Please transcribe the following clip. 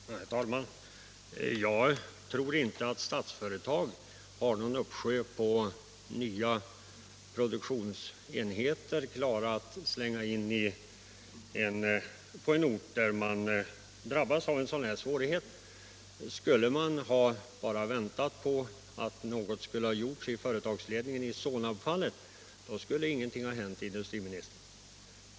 Herr talman! Jag tror inte att Statsföretag har någon uppsjö på nya produktionsenheter som är färdiga att kastas in på en ort som drabbas av svårigheter av detta slag. Om man bara hade väntat på att något skulle göras av företagsledningen i Sonab-fallet, så skulle ingenting ha hänt, herr industriminister!